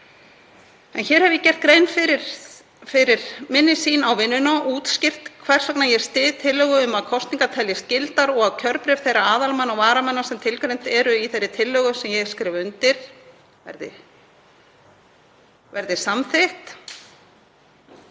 að. Hér hef ég gert grein fyrir minni sýn á vinnuna, útskýrt hvers vegna ég styð tillögu um að kosningar teljist gildar og að kjörbréf þeirra aðalmanna og varamanna sem tilgreind eru í þeirri tillögu sem ég skrifa undir verði samþykkt.